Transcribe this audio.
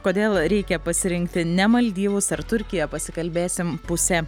kodėl reikia pasirinkti ne maldyvus ar turkiją pasikalbėsim pusė